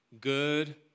good